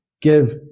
give